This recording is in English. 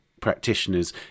practitioners